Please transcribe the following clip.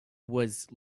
was